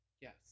Yes